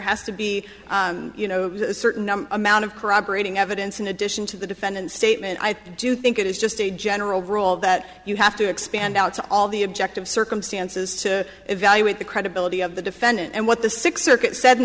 has to be you know certain amount of corroborating evidence in addition to the defendant statement i do think it is just a general rule that you have to expand out to all the objective circumstances to evaluate the credibility of the defendant and what the six